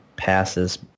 passes